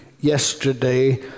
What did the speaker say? yesterday